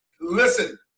Listen